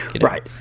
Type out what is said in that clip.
right